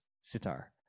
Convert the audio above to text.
sitar